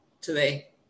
today